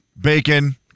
bacon